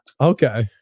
Okay